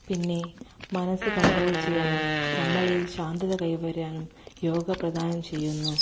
പിന്നെ മനസ്സ് കണ്ട്രോൾ ചെയ്യാനും നമ്മളിൽ ശാന്തത കൈവരാനും യോഗ പ്രദാനം ചെയ്യുന്നു